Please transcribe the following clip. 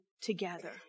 together